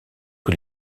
que